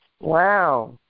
Wow